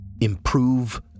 improve